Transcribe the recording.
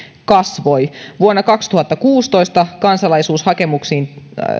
kasvoi vuonna kaksituhattakuusitoista kansalaisuushakemuksiin